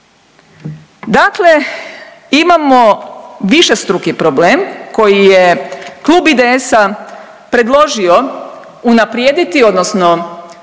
Dakle, imamo višestruki problem koji je klub IDS-a predložio unaprijediti odnosno